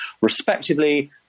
respectively